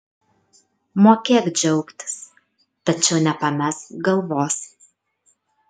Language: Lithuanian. mokėk džiaugtis tačiau nepamesk galvos